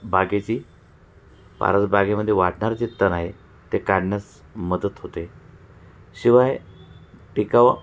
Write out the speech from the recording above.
बागेची परसबागेमध्ये वाढणारं जे तण आहे ते काढण्यास मदत होते शिवाय टिकाव